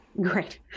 Great